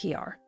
PR